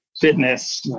fitness